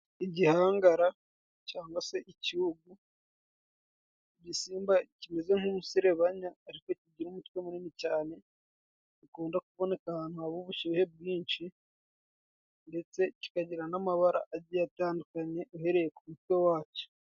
Igihangara cangwa se icugu ,igisimba kimeze nk'umuserebanya ariko kigira umutwe munini cane. Gikunda kuboneka ahantu haba ubushuhe bwinshi ndetse kikagira n'amabara atandukanye, uhereye ku mutwe waco.